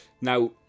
Now